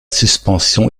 suspension